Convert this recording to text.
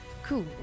Cool